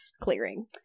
clearing